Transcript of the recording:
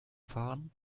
fahren